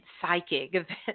psychic